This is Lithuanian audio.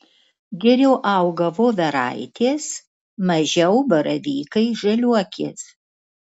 geriau auga voveraitės mažiau baravykai žaliuokės